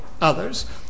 others